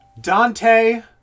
Dante